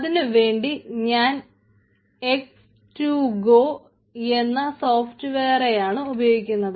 അതിനുവേണ്ടി ഞാൻ x2go എന്ന സോഫ്റ്റ്വെയറാണ് ഉപയോഗിക്കുന്നത്